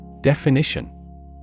Definition